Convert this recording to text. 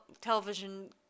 television